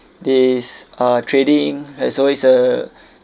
these uh trading there's always a